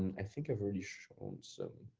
i think i've already shown some.